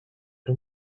are